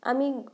আমি